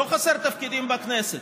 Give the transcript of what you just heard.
לא חסרים תפקידים בכנסת,